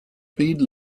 speed